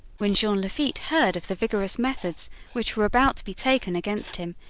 when jean lafitte heard of the vigorous methods which were about to be taken against him,